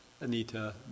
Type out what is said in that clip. Anita